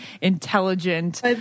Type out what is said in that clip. intelligent